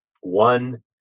one